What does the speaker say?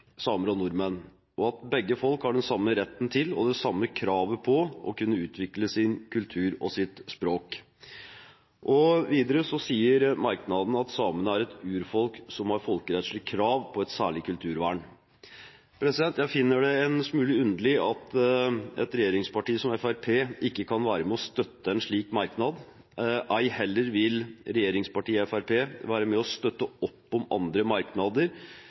samer og nordmenn, og at begge folk har den samme retten til og det samme kravet på å kunne utvikle sin kultur og sitt språk. Videre sier merknadene at samene er et urfolk som har folkerettslig krav på et særlig kulturvern. Jeg finner det en smule underlig at et regjeringsparti som Fremskrittspartiet ikke kan være med og støtte en slik merknad. Ei heller vil regjeringspartiet Fremskrittspartiet være med og støtte opp om andre merknader,